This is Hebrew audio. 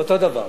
אותו דבר.